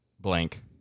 blank